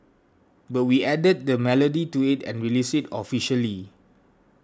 but we added the melody to it and released it officially